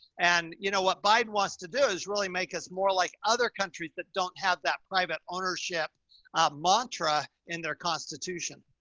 and you know, what bide wants to do is really make us more like other countries that don't have that private ownership mantra in their constitution.